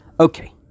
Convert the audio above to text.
Okay